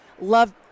Love